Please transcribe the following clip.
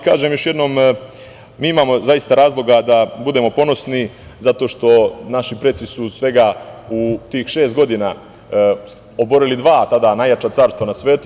Kažem, još jednom, mi imamo zaista razloga da budemo ponosni zato što su naši preci u tih šest godina oborili tada dva najjača carstva na svetu.